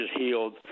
healed